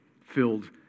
filled